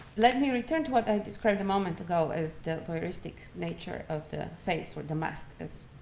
let me return to what i described a moment ago as the voyeuristic nature of the face where the mask is,